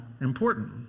important